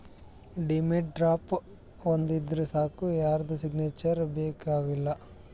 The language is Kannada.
ಡಿಮ್ಯಾಂಡ್ ಡ್ರಾಫ್ಟ್ ಒಂದ್ ಇದ್ದೂರ್ ಸಾಕ್ ಯಾರ್ದು ಸಿಗ್ನೇಚರ್ನೂ ಬೇಕ್ ಆಗಲ್ಲ